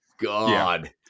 God